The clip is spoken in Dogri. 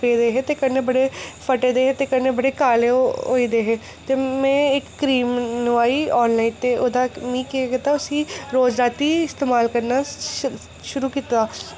पेदे हे ते कन्नै बड़े फट्टे दे हे ते कन्नै बड़े काले होए दे हे ते में इक क्रीम नोआई आनलाइन ते ओह्दा मी केह् कीता उसी रोज रातीं इस्तेमाल करना शुरू कीता